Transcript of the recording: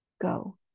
go